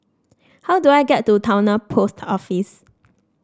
how do I get to Towner Post Office